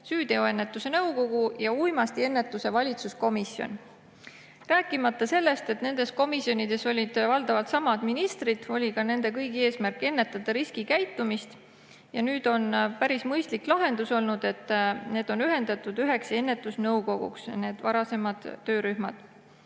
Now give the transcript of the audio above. süüteoennetuse nõukogu ja uimastiennetuse valitsuskomisjon. Rääkimata sellest, et nendes komisjonides olid valdavalt samad ministrid, oli ka nende kõigi eesmärk ennetada riskikäitumist. Nüüd on päris mõistlik lahendus olnud, et need varasemad töörühmad